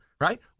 right